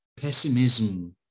pessimism